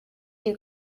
you